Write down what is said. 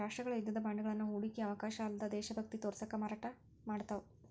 ರಾಷ್ಟ್ರಗಳ ಯುದ್ಧದ ಬಾಂಡ್ಗಳನ್ನ ಹೂಡಿಕೆಯ ಅವಕಾಶ ಅಲ್ಲ್ದ ದೇಶಭಕ್ತಿ ತೋರ್ಸಕ ಮಾರಾಟ ಮಾಡ್ತಾವ